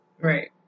Right